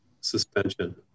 suspension